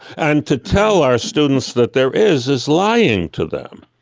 and to tell our students that there is is lying to them,